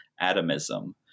atomism